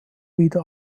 wieder